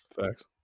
facts